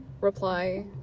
reply